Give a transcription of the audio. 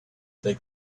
they